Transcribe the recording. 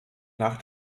nach